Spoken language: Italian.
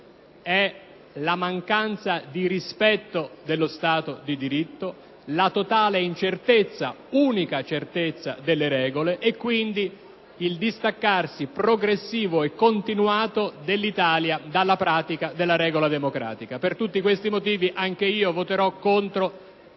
la mancanza di rispetto dello Stato di diritto, la totale incertezza - unica certezza - delle regole e, quindi, il distaccarsi progressivo e continuato dell'Italia dalla pratica della regola democratica. Per tutti questi motivi, anch'io voterò contro